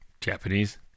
Japanese